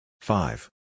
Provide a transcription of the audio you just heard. Five